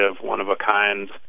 one-of-a-kind